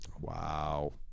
Wow